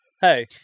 Hey